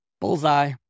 Bullseye